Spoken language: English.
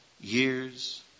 years